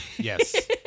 Yes